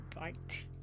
right